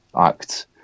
act